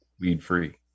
weed-free